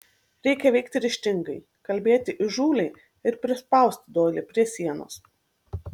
reikia veikti ryžtingai kalbėti įžūliai ir prispausti doilį prie sienos